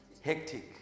hectic